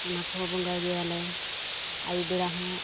ᱚᱱᱟ ᱠᱚᱦᱚᱸ ᱵᱚᱸᱜᱟᱭ ᱜᱮᱭᱟᱞᱮ ᱟᱹᱭᱩᱵ ᱵᱮᱲᱟ ᱦᱚᱸ